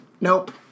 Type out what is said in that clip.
Nope